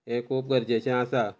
हे खूब गरजेचें आसा